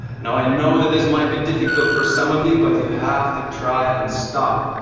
now i know that this might be difficult for some of you but you have to try and stop